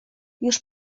już